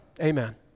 Amen